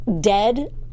dead